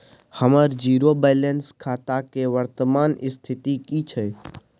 हमर zero balance खाता के वर्तमान स्थिति की छै?